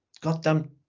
goddamn